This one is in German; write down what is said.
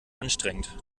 anstrengend